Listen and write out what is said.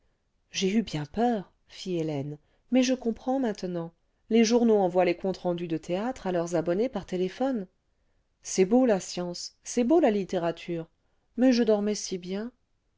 j'ai eu bien peur fit hélène mais je comprends maintenant les journaux envoient les comptes rendus de théâtre à leurs abonnés par téléphone c'est beau la science c'est beau la littérature mais je dormais si bien